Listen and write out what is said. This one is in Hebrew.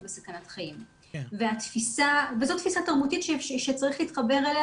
בסכנת חיים וזו תפיסה תרבותית שצריך להתחבר אליה